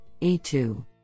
E2